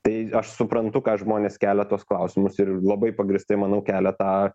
tai aš suprantu ką žmonės kelia tuos klausimus ir labai pagrįstai manau kelia tą